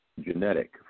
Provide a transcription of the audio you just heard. genetic